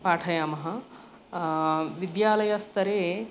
पाठयामः विद्यालयस्तरे